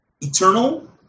eternal